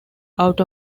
out